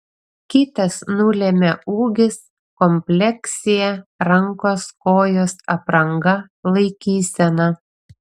kitas nulemia ūgis kompleksija rankos kojos apranga laikysena